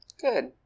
Good